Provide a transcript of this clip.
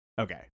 Okay